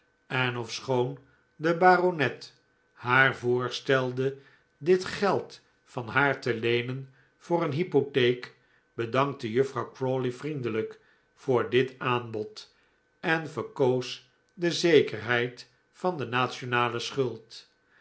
en ofschoon de baronet haar voorstelde dit geld van haar te leenen voor een hypotheek bedankte juffrouw crawley vriendelijk voor dit aanbod en verkoos de zekerheid van de nationale schuld